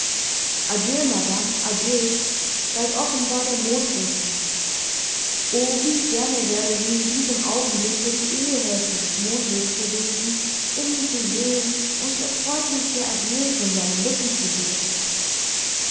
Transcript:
madame adieu galt offenbar der mondwirtin o wie gerne wäre sie in diesem augenblicke die ehehälfte des mondwirts gewesen um ihn zu sehen und das freundliche adieu von seinen lippen zu hören